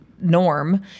norm